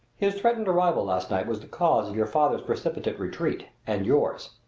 his threatened arrival last night was the cause of your father's precipitate retreat, and yours.